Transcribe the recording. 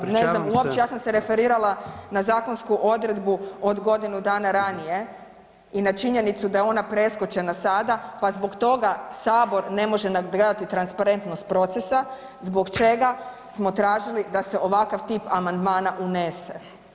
Da, ne znam se ja sam se referirala na zakonsku odredbu od godinu dana ranije i na činjenicu da je ona preskočena sada pa zbog toga sabor ne može nadgledati transparentnost procesa zbog čega smo tražili da se ovakav tip amandmana unese.